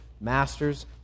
Masters